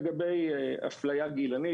לגבי אפליה גילנית,